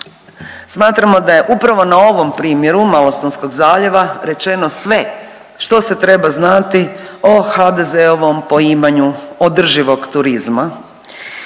Smatramo da je upravo na ovom primjeru Malostonskog zaljeva rečeno sve što se treba znati o HDZ-ovom poimanju održivog turizma,